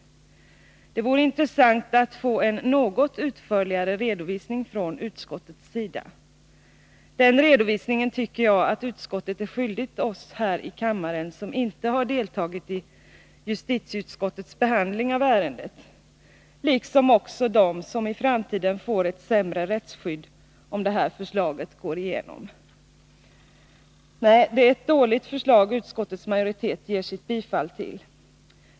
Det vore intressant att få en något utförligare redovisning från utskottets sida. Den redovisningen tycker jag att utskottet är skyldigt oss här i kammaren som inte har deltagit i justitieutskottets behandling av ärendet liksom också dem som i framtiden får ett sämre rättsskydd om det här förslaget går igenom. Nej, det är ett dåligt förslag utskottets majoritet ger sitt bifall till.